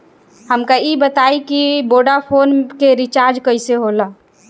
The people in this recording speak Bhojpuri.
हमका ई बताई कि वोडाफोन के रिचार्ज कईसे होला?